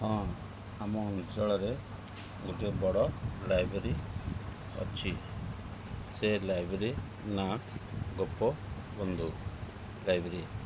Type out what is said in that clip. ହଁ ଆମ ଅଞ୍ଚଳରେ ଗୋଟେ ବଡ଼ ଲାଇବ୍ରେରୀ ଅଛି ସେ ଲାଇବ୍ରେରୀ ନାଁ ଗୋପବନ୍ଧୁ ଲାଇବ୍ରେରୀ